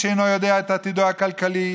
איש אינו יודע את עתידו הכלכלי,